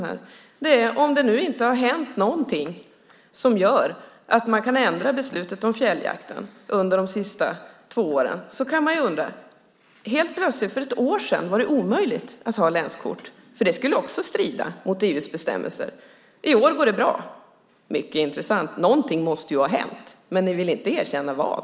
Om det inte har hänt något under de senaste två åren som gör att man kan ändra beslutet om fjälljakten kan man undra varför det helt plötsligt för ett år sedan var omöjligt att ha länskort eftersom det också skulle strida mot EU:s bestämmelser, medan det i år går bra. Det är mycket intressant. Någonting måste ha hänt, men ni vill inte erkänna vad.